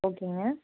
ஓகேங்க